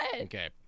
Okay